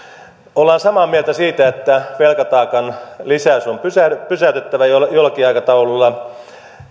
olemme samaa mieltä siitä että velkataakan lisäys on pysäytettävä jollakin aikataululla